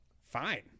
fine